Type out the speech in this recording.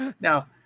Now